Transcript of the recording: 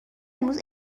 امروز